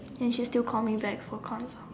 and she still call me back for consult